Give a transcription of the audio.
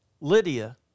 Lydia